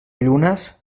llunes